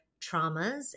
traumas